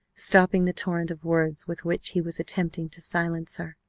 stopping the torrent of words with which he was attempting to silence her.